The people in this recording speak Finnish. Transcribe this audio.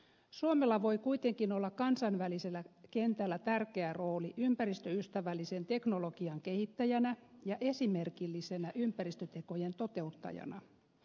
suomella voi kuitenkin olla kansainvälisellä kentällä tärkeä rooli ympäristöystävällisen teknologian kehittäjänä ja esimerkillisenä ympäristötekojen toteuttajana